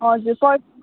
हजुर पर्सि